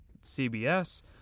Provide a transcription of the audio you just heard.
CBS